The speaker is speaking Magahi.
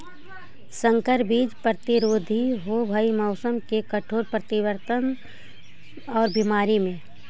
संकर बीज प्रतिरोधी होव हई मौसम के कठोर परिवर्तन और बीमारी में